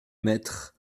mettre